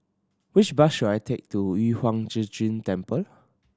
which bus should I take to Yu Huang Zhi Zun Temple